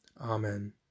Amen